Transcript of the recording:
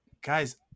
guys